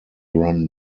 run